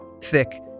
thick